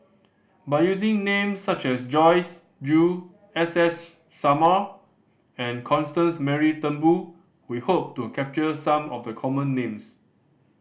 by using names such as Joyce Jue S S Sarma and Constance Mary Turnbull we hope to capture some of the common names